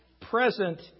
present